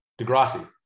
Degrassi